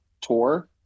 tour